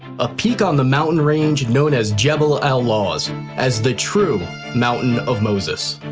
a peak on the mountain range known as jabal al lawz as the true mountain of moses.